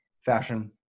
Fashion